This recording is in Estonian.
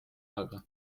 aega